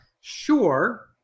Sure